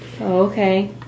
Okay